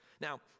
Now